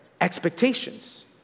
expectations